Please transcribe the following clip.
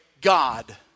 God